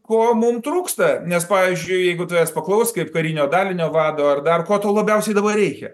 ko mum trūksta nes pavyzdžiui jeigu tavęs paklaus kaip karinio dalinio vado ar dar ko tau labiausiai dabar reikia